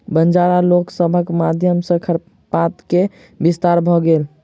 बंजारा लोक सभक माध्यम सॅ खरपात के विस्तार भ गेल